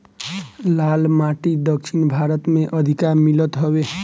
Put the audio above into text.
लाल माटी दक्षिण भारत में अधिका मिलत हवे